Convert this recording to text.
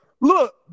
Look